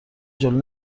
جلو